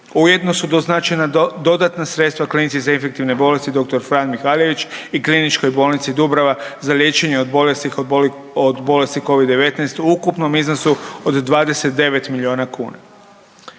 Ujedno su doznačena dodatna sredstva Klinici za infektivne bolesti Dr. Fran Mihaljević i Kliničkoj bolnici Dubrava za liječenje od bolesti Covid-19 u ukupnom iznosu od 29 miliona kuna.